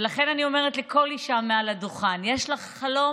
ולכן אני אומרת לכל אישה מעל הדוכן: יש לך חלום?